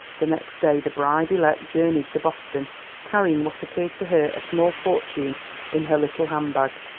the next day the bride-elect journeyed to boston carrying what appeared to her a small fortune in her little hand-bag.